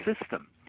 system